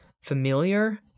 Familiar